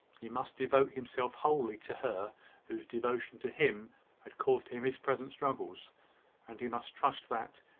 he must devote himself wholly to her whose devotion to him had caused him his present struggles and he must trust that,